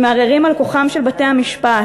שמערערים על כוחם של בתי-המשפט,